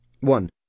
One